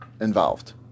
involved